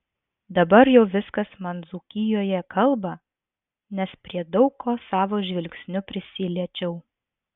dabar jau viskas man dzūkijoje kalba nes prie daug ko savo žvilgsniu prisiliečiau